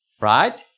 Right